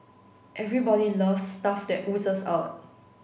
everybody loves stuff that oozes out